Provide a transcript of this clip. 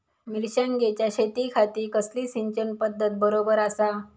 मिर्षागेंच्या शेतीखाती कसली सिंचन पध्दत बरोबर आसा?